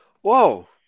Whoa